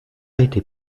été